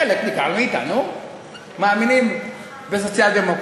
חלק ניכר מאתנו מאמינים בסוציאל-דמוקרטיה.